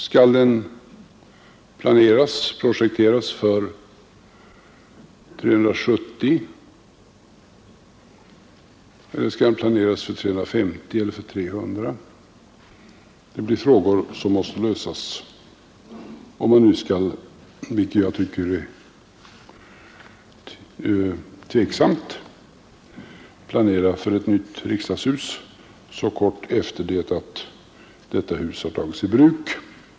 Skall den projekteras för 370, 350 eller 300 ledamöter? Det blir frågor som måste lösas, om man — vilket jag tycker är tveksamt — skall planera för ett nytt riksdagshus så kort tid efter det att detta hus har tagits i bruk.